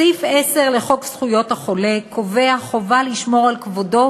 סעיף 10 לחוק זכויות החולה קובע חובה לשמור על כבודו